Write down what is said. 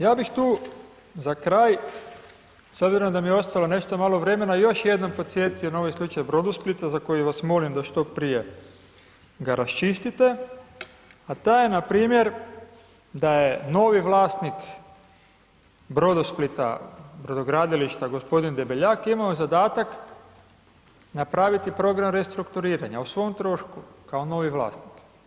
Ja bih tu za kraj, s obzirom da mi je ostalo nešto malo vremena još jednom podsjetio na ovaj slučaj Brodosplita za koji vas molim da što prije ga raščistite, a taj je npr. da je novi vlasnik Brodosplita brodogradilišta gospodin Debeljak imamo zadatak napraviti program restrukturiranja, o svom trošku kao novi vlasnik.